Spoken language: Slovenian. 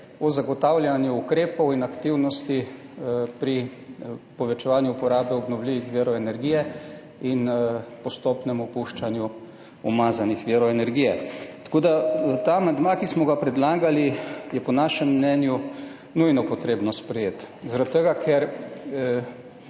o zagotavljanju ukrepov in aktivnosti pri povečevanju porabe obnovljivih virov energije in postopnemu opuščanju umazanih virov energije. Tako da je ta amandma, ki smo ga predlagali, po našem mnenju nujno potrebno sprejeti zaradi tega, ker